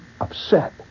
upset